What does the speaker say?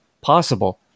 possible